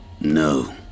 No